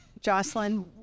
Jocelyn